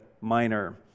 Minor